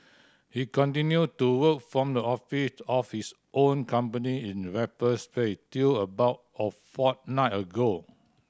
he continued to work from the office of his own company in Raffles Place till about a fortnight ago